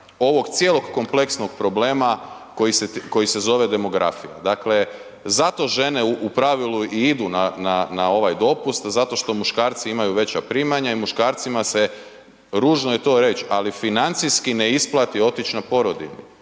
ovog cijelog kompleksnog problema koji se zove demografija. Dakle, zato žene u pravilu i idu na ovaj dopust zato što muškarci imaju veća primanja i muškarcima se, ružno je to reći, financijski ne isplati otići na porodiljni,